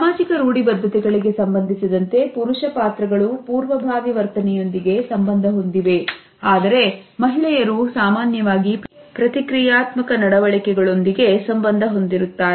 ಸಾಮಾಜಿಕ ರೂಢಿ ಬದ್ಧತೆಗಳಿಗೆ ಸಂಬಂಧಿಸಿದಂತೆ ಪುರುಷ ಪಾತ್ರಗಳು ಪೂರ್ವಭಾವಿ ವರ್ತನೆಯೊಂದಿಗೆ ಸಂಬಂಧ ಹೊಂದಿವೆ ಆದರೆ ಮಹಿಳೆಯರು ಸಾಮಾನ್ಯವಾಗಿ ಪ್ರತಿಕ್ರಿಯಾತ್ಮಕ ನಡವಳಿಕೆಗಳು ಇಂದಿಗೆ ಸಂಬಂಧ ಹೊಂದಿರುತ್ತಾರೆ